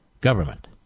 government